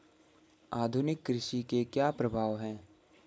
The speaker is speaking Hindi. आधुनिक कृषि के क्या प्रभाव हैं?